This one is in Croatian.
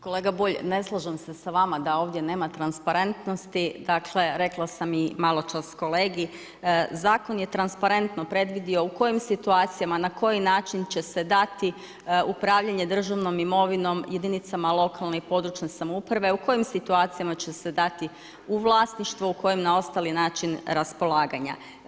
Kolega Bulj, ne slažem se s vama, da ovdje nema transparentnosti, dakle, rekla sam i maločas kolegi, zakon je transparentno predvidio u kojim situacijama, na koji način će se dati upravljanje državnom imovine jedinicama lokalne i područne samouprave, u kojim situacijama će se dati u vlasništvo, u kojem na ostali način raspolaganja.